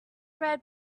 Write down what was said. bred